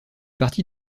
partie